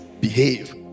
behave